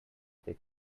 they